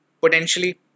potentially